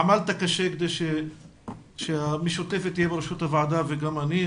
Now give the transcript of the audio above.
עמלת קשה כדי שהמשותפת תהיה בראשות הוועדה וגם אני,